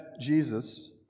Jesus